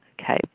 Okay